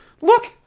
Look